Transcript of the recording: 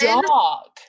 dog